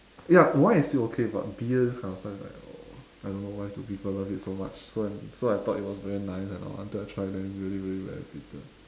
ya wine is still okay but beer this kind of stuff is like oh I don't know why do people love it so much so so I thought it was very nice and all so until I try then really really very bitter